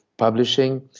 Publishing